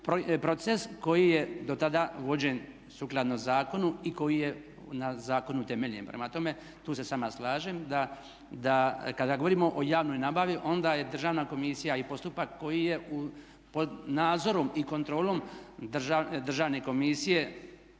proces koji je dotada vođen sukladno zakonu i koji je na zakonu utemeljen. Prema tome tu se s vama slažem da kada govorimo o javnoj nabavi onda je Državna komisija i postupak koji je pod nadzorom i kontrolom Državne komisije